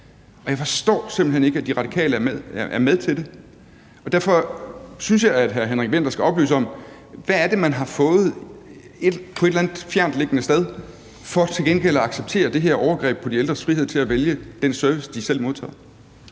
Jeg forstår simpelt hen ikke, at De Radikale er med til det, og derfor synes jeg, at hr. Henrik Vinther skal oplyse om, hvad det er, man har fået på et eller andet fjernt beliggende sted for til gengæld at acceptere det her overgreb på de ældres frihed til at vælge den service, de selv modtager?